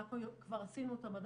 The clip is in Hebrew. כבר עשינו אותם,